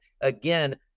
Again